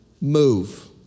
move